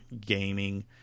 gaming